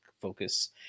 focus